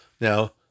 Now